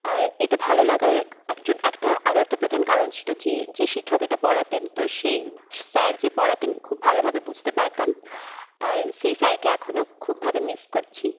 আর এটা ভালো লাগার একজন একটা আরও একাটা প্রধান কারণ ছিলো যে যে শিক্ষক এটা পড়াতেন তো সেই স্যার যে পড়াতেন খুব ভালোভাবে বুঝতে পারতাম আর সেই স্যারকে এখনো খুবভাবে মিস করছি